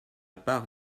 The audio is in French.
part